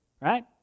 right